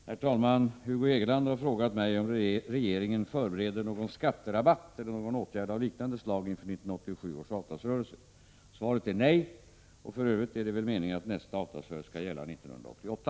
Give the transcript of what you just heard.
Herr talman! Hugo Hegeland har frågat mig om regeringen förbereder någon skatterabatt eller någon annan åtgärd av liknande slag inför 1987 års avtalsrörelse. Svaret är nej. Och för övrigt är det väl meningen att nästa avtalsrörelse skall gälla 1988.